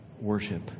worship